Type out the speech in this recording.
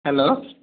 hello